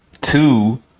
two